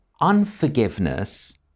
unforgiveness